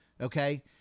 okay